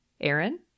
Aaron